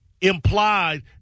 implied